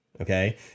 Okay